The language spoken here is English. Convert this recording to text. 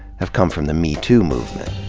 have come from the metoo movement.